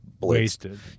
wasted